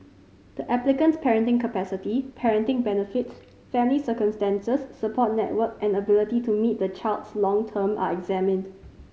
the applicant's parenting capacity parenting benefits family circumstances support network and ability to meet the child's long term are examined